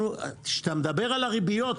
כשאתה מדבר על הריביות,